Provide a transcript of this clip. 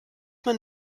man